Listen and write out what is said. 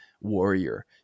warrior